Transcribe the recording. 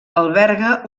alberga